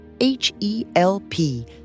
H-E-L-P